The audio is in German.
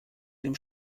dem